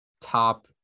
top